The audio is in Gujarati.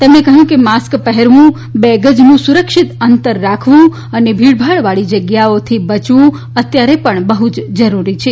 તેમણે કહયું કે માસ્ક પહેરવુ બે ગજનું સુરક્ષિત અંતર રાખવુ અને ભીડભાડવાળી જગ્યાએથી બચવુ અત્યારે પણ બહ્ જ જરૂરી છે